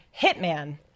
hitman